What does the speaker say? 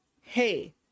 hey